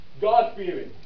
God-fearing